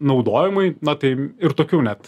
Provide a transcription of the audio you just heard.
naudojimui na tai ir tokių net